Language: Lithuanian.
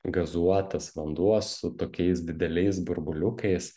gazuotas vanduo su tokiais dideliais burbuliukais